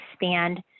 expand